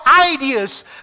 ideas